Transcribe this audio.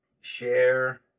share